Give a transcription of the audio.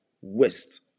west